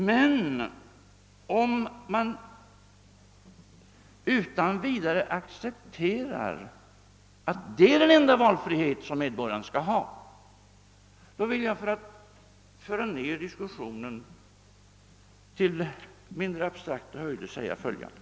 Men om man utan vidare accep terar att detta är den enda valfrihet som medborgaren skall ha, så vill jag för att föra ned diskussionen till mindre abstrakta höjder säga följande.